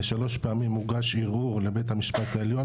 ושלוש פעמים הוגש ערעור לבית המשפט העליון